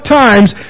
times